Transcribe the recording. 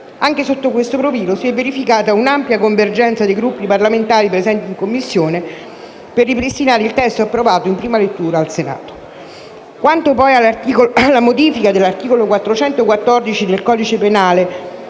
Anche sotto questo profilo, si è verificata un'ampia convergenza dei Gruppi parlamentari presenti in Commissione per ripristinare il testo approvato in prima lettura dal Senato. Quanto, poi, alla modifica all'articolo 414 del codice penale